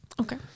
Okay